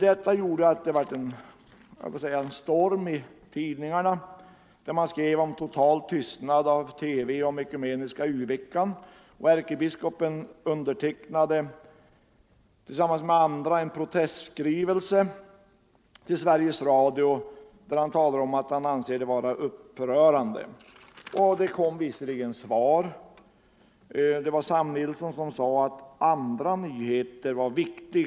Detta gav upphov till en storm i tidningarna, där man skrev om den totala tystnaden i TV om ekumeniska u-veckan. Ärkebiskopen undertecknade tillsammans med andra kristna en protestskrivelse till Sveriges Radio, där han meddelade att han ansåg tystnaden vara upprörande. Det kom visserligen ett svar från Sam Nilsson, som sade att andra nyheter var viktigare.